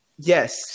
yes